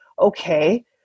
okay